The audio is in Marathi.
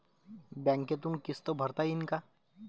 बँकेतून किस्त भरता येईन का?